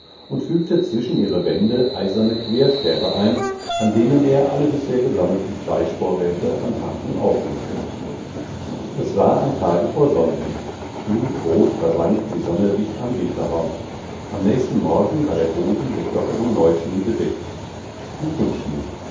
und fügte zwischen ihre wände eiserne querstäbe ein an denen er alle bisher gesammelten fleischvorräte an haken aufhängte es war am tage vor sonnwend blutrot versank die sonne dicht am winterhorn am nächsten morgen war der boden mit lockerem neuschnee bedeckt